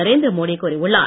நரேந்திர மோடி கூறியுள்ளார்